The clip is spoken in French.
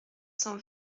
cent